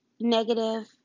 negative